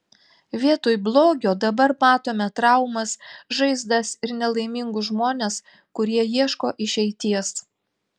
vietoj blogio dabar matome traumas žaizdas ir nelaimingus žmones kurie ieško išeities